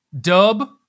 Dub